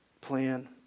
plan